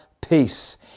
peace